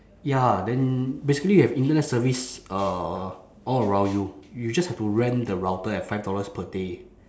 ya then basically you have internet service uh all around you you just have to rent the router at five dollars per day